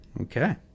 Okay